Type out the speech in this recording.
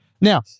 Now